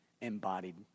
embodied